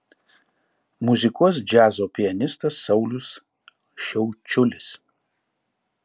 muzikuos džiazo pianistas saulius šiaučiulis